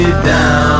down